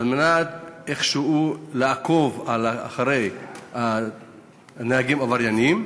מנת איכשהו לעקוב אחרי נהגים עבריינים.